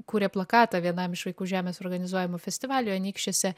kūrė plakatą vienam iš vaikų žemės organizuojamų festivalių anykščiuose